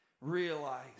realize